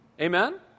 Amen